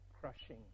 crushing